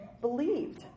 believed